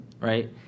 right